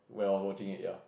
when I was watching it ya